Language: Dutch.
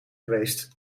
geweest